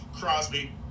Crosby